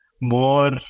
more